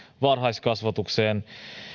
varhaiskasvatukseen